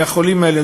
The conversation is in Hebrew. מהחולים האלה,